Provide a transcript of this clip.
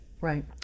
Right